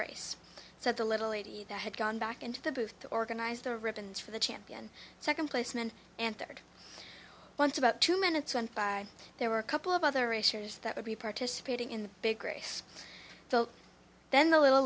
so the little lady that had gone back into the booth to organize the ribbons for the champion second placement answered once about two minutes went by there were a couple of other racers that would be participating in the big race then the little